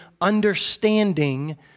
understanding